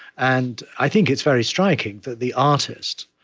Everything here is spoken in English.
and i think it's very striking that the artist,